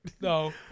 No